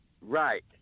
right